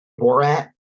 Borat